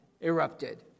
erupted